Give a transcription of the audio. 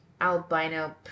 albino